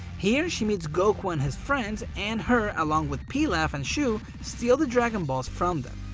here she meets goku and his friends and her along with pilaf and shu steal the dragon balls from them.